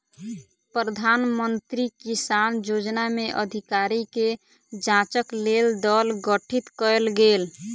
प्रधान मंत्री किसान योजना में अधिकारी के जांचक लेल दल गठित कयल गेल